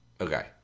Okay